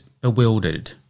bewildered